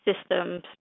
systems